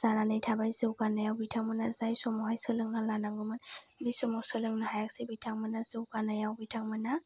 जानानै थाबाय जौगानायाव बिथांमोना जाय समावहाय सोलोंना लानांगौमोन बि समाव सोलोंनो हायासै बिथांमोना जौगानायाव बिथांमोना